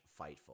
Fightful